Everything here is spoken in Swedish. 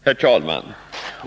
Herr talman!